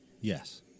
Yes